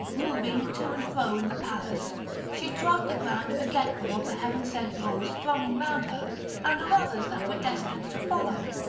moving to and fro in the palace she trod the ground forgetful of the heaven-sent woes thronging round her and of others that were destined to follow.